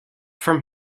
from